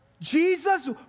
Jesus